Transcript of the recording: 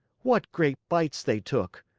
what great bites they took!